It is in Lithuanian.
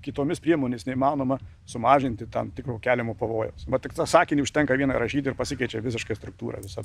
kitomis priemonės neįmanoma sumažinti tam tikro keliamo pavojaus va tik tą sakinį užtenka vieną įrašyti ir pasikeičia visiškai struktūra viso